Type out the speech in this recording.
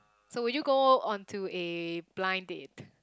so would you go onto a blind date